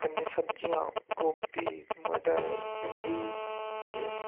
कन्नै सब्जियां गोभी मटर भिंडी ते